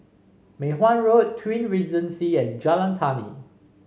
Mei Hwan Road Twin Regency and Jalan Tani